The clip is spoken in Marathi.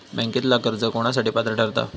बँकेतला कर्ज कोणासाठी पात्र ठरता?